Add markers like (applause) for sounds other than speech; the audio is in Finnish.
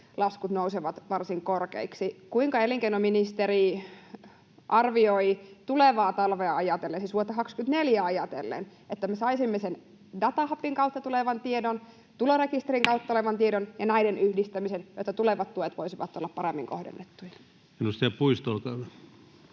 laskut nousevat varsin korkeiksi. Kuinka elinkeinoministeri arvioi tulevaa talvea ajatellen, siis vuotta 24 ajatellen, että me saisimme sen datahubin kautta tulevan tiedon, tulorekisterin kautta tulevan tiedon (noise) ja näiden yhdistämisen, että tulevat tuet voisivat olla paremmin kohdennettuja? [Speech 158] Speaker: